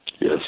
Yes